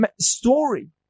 story